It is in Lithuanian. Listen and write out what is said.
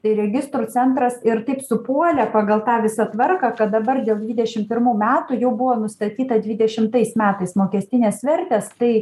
ir registrų centras ir taip supuolė pagal tą visą tvarką kad dabar dėl dvidešim pirmų metų jau buvo nustatyta dvidešimtais metais mokestinės vertės tai